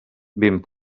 vint